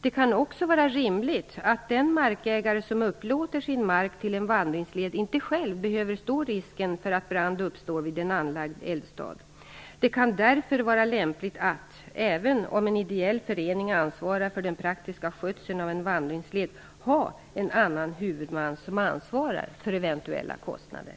Det kan också vara rimligt att den markägare som upplåter sin mark till en vandringsled inte själv behöver stå risken för att brand uppstår vid en anlagd eldstad. Det kan därför vara lämpligt att -- även om en ideell förening ansvarar för den praktiska skötseln av en vandringsled -- ha en annan huvudman som ansvarar för eventuella kostnader.